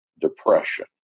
depression